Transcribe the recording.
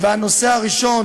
והנושא הראשון